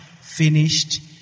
finished